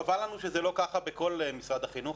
חבל לנו שזה לא ככה בכל משרד החינוך.